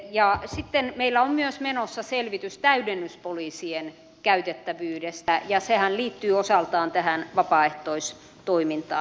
ja sitten meillä on menossa myös selvitys täydennyspoliisien käytettävyydestä ja sehän liittyy osaltaan tähän vapaaehtoistoimintaan